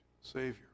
savior